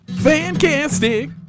Fantastic